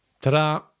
ta-da